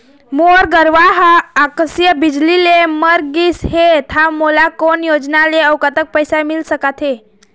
मोर गरवा हा आकसीय बिजली ले मर गिस हे था मोला कोन योजना ले अऊ कतक पैसा मिल सका थे?